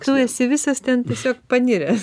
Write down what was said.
tu esi visas ten tiesiog paniręs